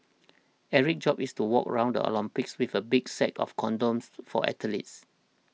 Eric's job is to walk around the Olympics with a big sack of condoms for athletes